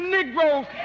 Negroes